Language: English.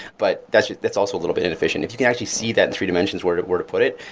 but that's that's also a little bit inefficient. if you can actually see that three dimensions where to where to put it,